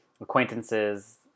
acquaintances